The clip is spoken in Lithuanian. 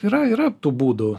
yra yra tų būdų